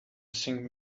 sing